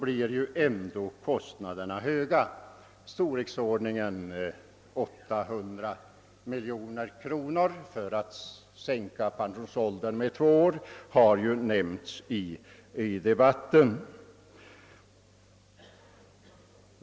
Det har ju nämnts i debatten att kostnaderna är av storleksordningen 800 miljoner kronor för en sänkning av pensionsåldern med två år.